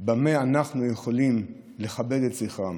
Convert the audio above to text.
במה שאנחנו יכולים לכבד את זכרם.